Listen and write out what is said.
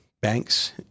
banks